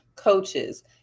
coaches